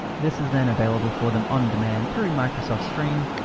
this is then available for them on-demand through microsoft stream.